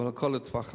אבל הכול לטווח ארוך.